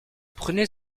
prenez